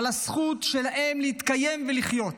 על הזכות שלהם להתקיים ולחיות.